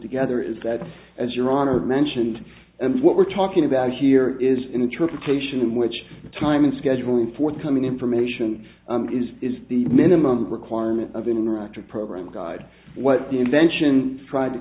together is that as your honored mentioned and what we're talking about here is interpretation in which time and scheduling forthcoming information is is the minimum requirement of an interactive program guide what the invention tr